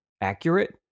accurate